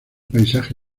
paisaje